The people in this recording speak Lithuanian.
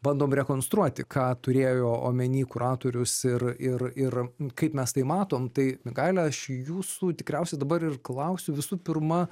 bandom rekonstruoti ką turėjo omeny kuratorius ir ir ir kaip mes tai matom tai mingaile aš jūsų tikriausiai dabar ir klausiu visų pirma